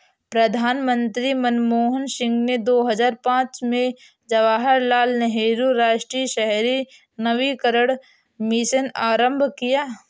प्रधानमंत्री मनमोहन सिंह ने दो हजार पांच में जवाहरलाल नेहरू राष्ट्रीय शहरी नवीकरण मिशन आरंभ किया